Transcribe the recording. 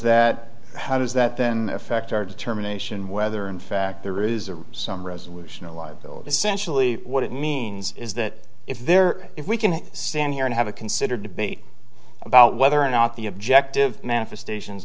that how does that then affect our determination whether in fact there is some resolution a liability essentially what it means is that if there if we can stand here and have a considered debate about whether or not the objective manifestations